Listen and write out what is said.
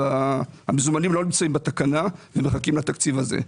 המזומנים לא נמצאים בתקנה והם מחכים לתקציב הזה.